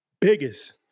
biggest